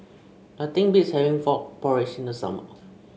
nothing beats having Frog Porridge in the summer